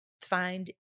find